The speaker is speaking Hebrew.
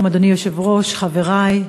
שלום, אדוני היושב-ראש, חברי,